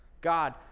God